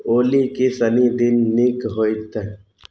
ओली कि शनि दिन नीक होयत